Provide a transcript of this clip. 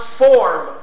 form